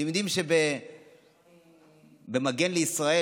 אתם יודעים שבמגן לישראל,